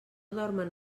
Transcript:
dormen